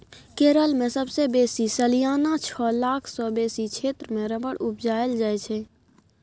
केरल मे सबसँ बेसी सलियाना छअ लाख सँ बेसी क्षेत्र मे रबर उपजाएल जाइ छै